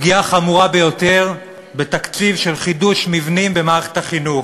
פגיעה חמורה ביותר בתקציב של חידוש מבנים במערכת החינוך,